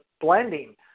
blending